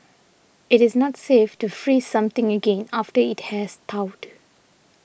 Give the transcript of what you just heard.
it is not safe to freeze something again after it has thawed